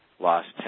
lost